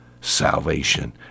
salvation